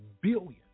billion